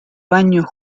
baño